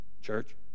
Church